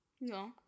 No